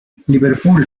liverpool